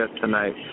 tonight